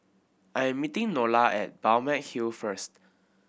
I'm meeting Nola at Balmeg Hill first